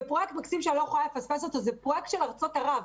פרויקט מקסים שאני לא יכולה לפספס אותו הוא פרויקט של ארצות ערב.